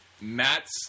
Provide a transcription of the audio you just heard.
Matt's